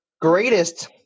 greatest